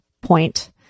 point